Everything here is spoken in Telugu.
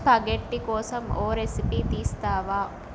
స్పఘెట్టి కోసం ఓ రెసిపీ తీస్తావా